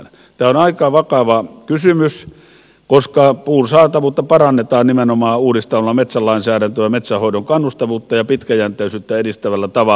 tämä on aika vakava kysymys koska puun saatavuutta parannetaan nimenomaan uudistamalla metsälainsäädäntöä metsänhoidon kannustavuutta ja pitkäjänteisyyttä edistävällä tavalla